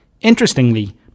Interestingly